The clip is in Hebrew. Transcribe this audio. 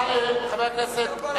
חבר הכנסת זאב,